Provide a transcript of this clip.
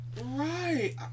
Right